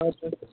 اچھا